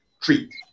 treat